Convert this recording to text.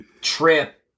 trip